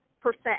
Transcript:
percent